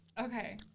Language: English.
Okay